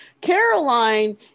Caroline